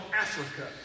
Africa